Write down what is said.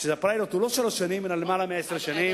לכך שהפיילוט הוא לא שלוש שנים אלא למעלה מעשר שנים.